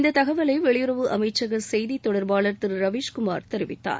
இந்தத் தகவலை வெளியுறவு அமைச்சக செய்தித் தொடர்பாளர் திருரவீஸ்குமார் தெரிவித்தார்